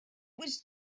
was